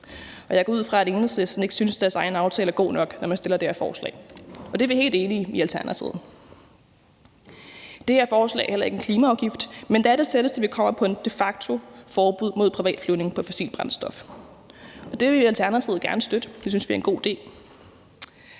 Jeg går ud fra, at Enhedslisten ikke synes, deres egen aftale er god nok, når man har fremsat det her forslag, og det er vi helt enige i i Alternativet. Det her forslag er heller ikke en klimaafgift, men det er det tætteste, vi kommer på et de facto forbud mod privatflyvning på fossilt brændstof. Det vil vi i Alternativet gerne støtte; vi synes, det en god idé.